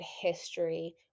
history